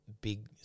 big